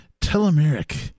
telomeric